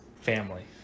family